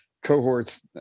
cohorts